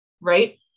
right